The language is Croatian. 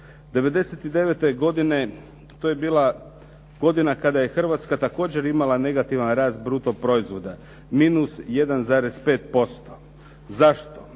'99. godine to je bila godina kada je Hrvatska također imala negativan rasta brutoproizvoda minus 1,5%. Zašto?